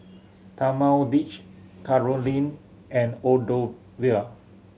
Talmadge Caroline and Octavio